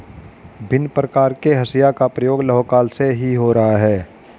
भिन्न प्रकार के हंसिया का प्रयोग लौह काल से ही हो रहा है